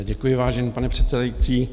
Děkuji, vážený pane předsedající.